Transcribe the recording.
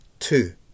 Two